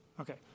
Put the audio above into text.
Okay